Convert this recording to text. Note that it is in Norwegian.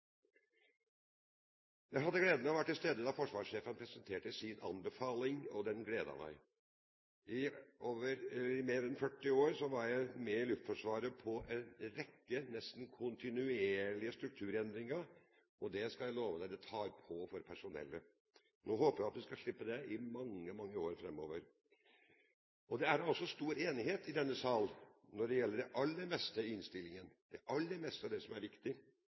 Jeg hadde gleden av å være til stede da forsvarssjefen presenterte sin anbefaling, og den gledet meg. I mer enn 40 år var jeg med i Luftforsvaret på en rekke, nesten kontinuerlige strukturendringer, og det skal jeg love deg tar på for personellet. Nå håper jeg at vi skal slippe det i mange, mange år framover. Det er da også stor enighet i denne sal om det aller meste i innstillingen, det aller meste av det som er viktig.